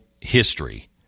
history